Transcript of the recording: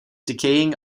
decaying